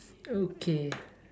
okay